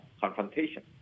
confrontation